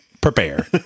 prepare